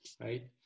right